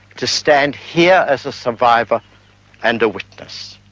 to stand here as a survivor and a witness.